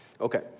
Okay